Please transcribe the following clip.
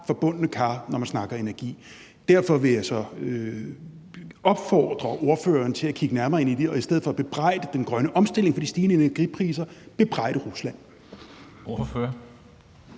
forbundne kar, når man snakker energi. Derfor vil jeg så opfordre ordføreren til at kigge nærmere ind i det og i stedet for at bebrejde den grønne omstilling for de stigende energipriser bebrejde Rusland.